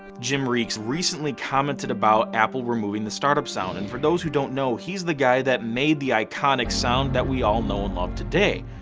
jim reekes recently commented about apple removing the startup sound. and for those who don't know, he's the guy that made the iconic sound that we all know and love today.